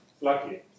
lucky